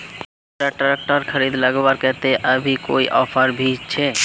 Mahindra tractor खरीद लगवार केते अभी कोई ऑफर भी छे?